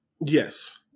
Yes